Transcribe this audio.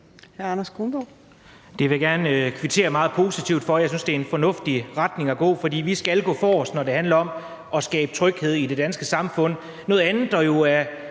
Det vil jeg gerne kvittere meget positivt for. Jeg synes, det er en fornuftig retning at gå i, for vi skal gå forrest, når det handler om at skabe tryghed i det danske samfund. Noget andet, der jo er